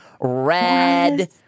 Red